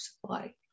supply